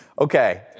Okay